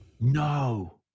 No